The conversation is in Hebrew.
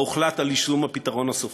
שבה הוחלט על יישום הפתרון הסופי.